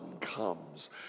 comes